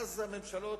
הממשלות